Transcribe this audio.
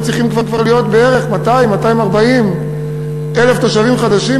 היו צריכים כבר להיות 200,000 240,000 תושבים חדשים.